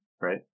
right